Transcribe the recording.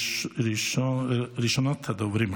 ראשונת הדוברים,